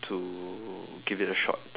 to give it a shot